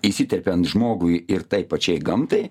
įsiterpiant žmogui ir tai pačiai gamtai